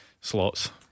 slots